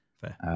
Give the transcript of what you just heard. Fair